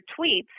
tweets